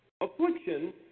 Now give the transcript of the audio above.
Affliction